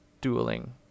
dueling